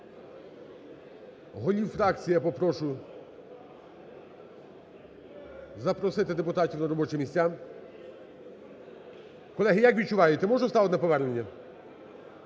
Голів фракцій я попрошу запросити депутатів на робочі місця. Колеги, як ви відчуваєте, я можу ставити на повернення?